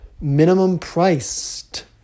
minimum-priced